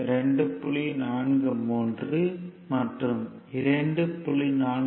43 மற்றும் 2